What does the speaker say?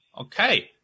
Okay